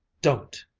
don't!